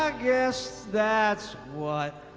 ah guess that's what